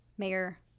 Mayor